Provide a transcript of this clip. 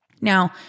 Now